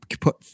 put